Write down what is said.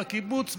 בקיבוץ,